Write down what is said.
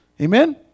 Amen